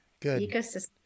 ecosystem